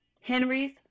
Henry's